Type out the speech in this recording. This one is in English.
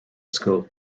school